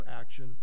action